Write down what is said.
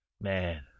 Man